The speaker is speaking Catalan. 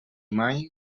mai